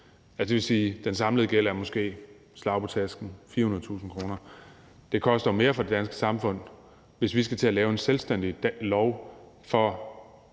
Det vil sige, at den samlede gæld med et slag på tasken måske er 400.000 kr. Det koster mere for det danske samfund, hvis vi skal til at lave en selvstændig lov for